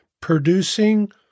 producing